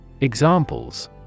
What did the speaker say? Examples